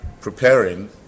preparing